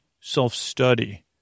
self-study